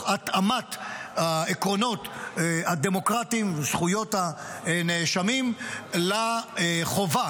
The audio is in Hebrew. התאמת העקרונות הדמוקרטיים וזכויות הנאשמים לחובה